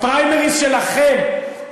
הפריימריז שלכם.